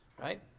right